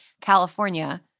California